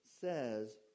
says